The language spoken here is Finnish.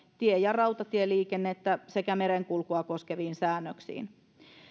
tie ja rautatieliikennettä sekä merenkulkua koskeviin säännöksiin